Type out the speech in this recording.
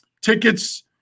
tickets